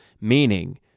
meaning